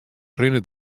rinne